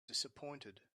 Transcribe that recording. disappointed